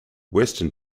western